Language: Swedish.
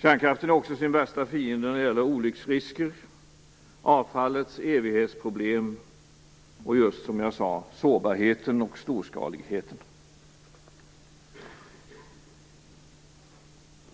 Kärnkraften är också sin egen värsta fiende när det gäller olycksrisker, avfallets evighetsproblem och just, som jag sade, sårbarheten och storskaligheten.